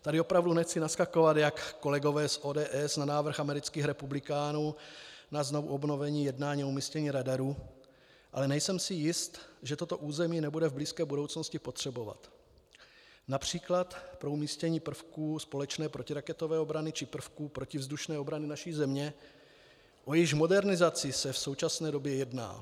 Tady opravdu nechci naskakovat jako kolegové z ODS na návrh amerických republikánů na znovuobnovení jednání o umístění radaru, ale nejsem si jist, že toto území nebudeme v blízké budoucnosti potřebovat, například pro umístění prvků společné protiraketové obrany či prvků protivzdušné obrany naší země, o jejíž modernizaci se v současné době jedná.